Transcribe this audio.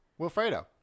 Wilfredo